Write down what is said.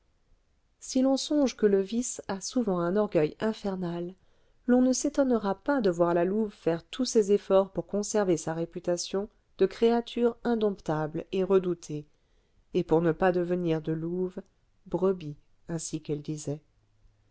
si l'on songe que le vice a souvent un orgueil infernal l'on ne s'étonnera pas de voir la louve faire tous ses efforts pour conserver sa réputation de créature indomptable et redoutée et pour ne pas devenir de louve brebis ainsi qu'elle disait